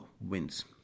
wins